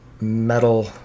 metal